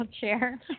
chair